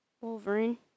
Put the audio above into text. Wolverine